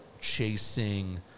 chasing